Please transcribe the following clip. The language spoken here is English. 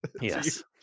Yes